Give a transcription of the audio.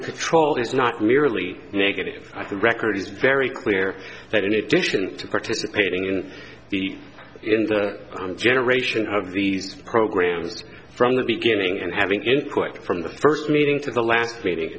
the control is not merely negative record is very clear that in addition to participating in the in the generation of the program from the beginning and having input from the first meeting to the last m